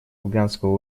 афганского